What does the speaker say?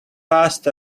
passed